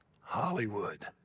Hollywood